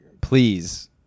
please